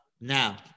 Now